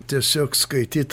tiesiog skaityt